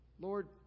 Lord